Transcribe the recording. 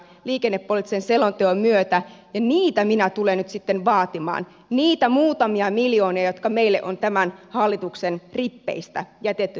liikennepoliittisen selonteon myötä ja niitä minä tulen nyt sitten vaatimaan niitä muutamia miljoonia jotka meille on tämän hallituksen rippeistä jätetty tuonne pohjoiseen